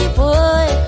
boy